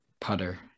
putter